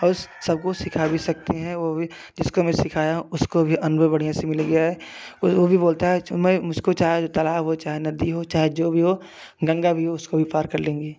सबको सिखा भी सकते हैं वो भी जिसको मैं सिखाया उसको भी अनुभव बढ़िया सी मिल गया है वो भी बोलता है कि मैं उसको चाहे जो तालाब हो चाहे नदी हो चाहे जो भी हो गंगा भी हो उसको भी पार कर लेंगे